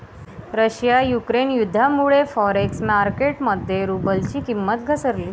Russia Ukraine युद्धामुळे forex market मध्ये रुबलची किंमत घसरली